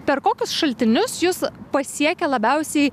per kokius šaltinius jus pasiekia labiausiai